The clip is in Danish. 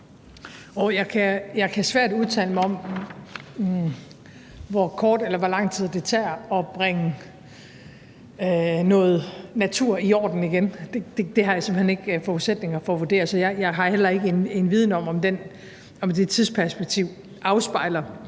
ved at udtale mig om, hvor kort eller hvor lang tid det tager at bringe noget natur i orden igen. Det har jeg simpelt hen ikke forudsætninger for at vurdere. Jeg har heller ikke en viden om, om det tidsperspektiv afspejler